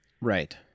Right